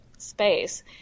space